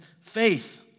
faith